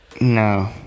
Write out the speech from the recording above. No